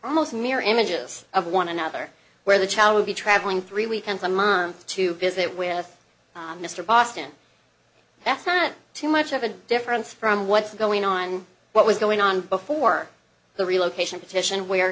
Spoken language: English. almost mirror images of one another where the child would be traveling three weekends a month to visit with mr boston that's not too much of a difference from what's going on what was going on before the relocation petition where